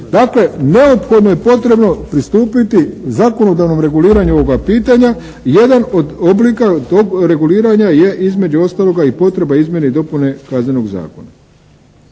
Dakle, neophodno je potrebno pristupiti zakonodavnom reguliranju ovoga pitanja. Jedan od oblika tog reguliranja je između ostaloga i potreba izmjene i dopune Kaznenog zakona.